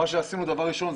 ראשית,